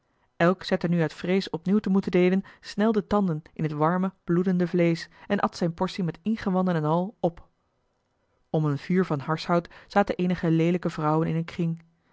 elk zette nu uit vrees opnieuw te moeten deelen snel de tanden in het warme bloedende vleesch en at zijne portie met ingewanden en al op om een vuur van harshout zaten eenige leelijke vrouwen in een kring